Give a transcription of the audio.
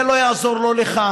זה לא יעזור לא לך,